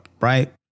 right